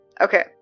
okay